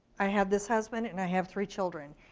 i had this husband and i have three children,